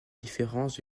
différence